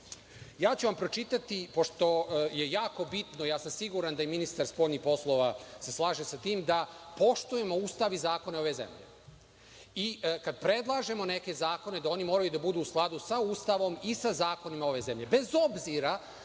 Balkan. Pročitaću vam, pošto je jako bitno, siguran sam da se i ministar spoljnih poslova slaže sa tim, da poštujemo Ustav i zakone ove zemlje i kada predložimo neke zakone, da oni moraju da budu u skladu sa Ustavom i sa zakonom ove zemlje, bez obzira